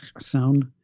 sound